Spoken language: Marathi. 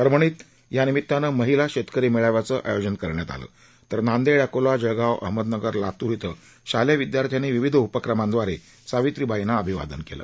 परभणीत या निमितान महिला शेतकरी मेळाव्याचं आयोजन करण्यात आलं तर नांदेड अकोला जळगाव अहमदनगर लातूर इथं शालेय विद्यार्थ्यांनी विविध उपक्रमांदवारे सावित्रीबाईंना अभिवादन केलं